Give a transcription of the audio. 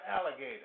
alligator